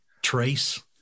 trace